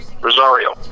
Rosario